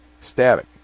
static